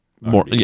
More